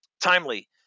timely